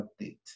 update